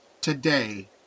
today